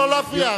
לא להפריע,